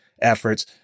efforts